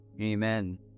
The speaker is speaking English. amen